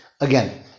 Again